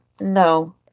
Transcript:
no